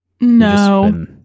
No